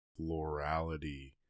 florality